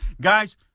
Guys